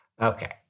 Okay